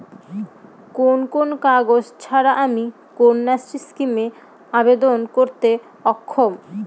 কোন কোন কাগজ ছাড়া আমি কন্যাশ্রী স্কিমে আবেদন করতে অক্ষম?